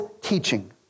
teaching